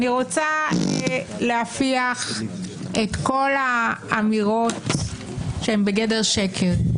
אני רוצה להפריח את כל האמירות שהן בגדר שקר.